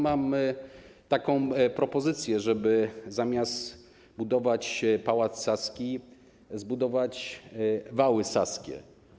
Mam taką propozycję, żeby zamiast odbudować Pałac Saski, zbudować wały saskie.